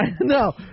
no